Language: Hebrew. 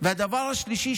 והדבר השלישי,